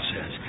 says